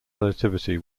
relativity